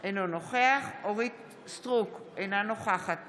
אינו נוכח אורית מלכה סטרוק, אינה נוכחת